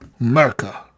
America